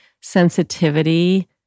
sensitivity